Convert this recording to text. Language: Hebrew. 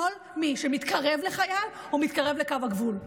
מי שמתקרב לחייל או מתקרב לקו הגבול.